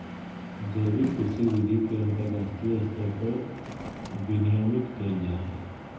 जैविक कृषि विधि के अंतरराष्ट्रीय स्तर पर विनियमित कैल जा हइ